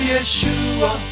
Yeshua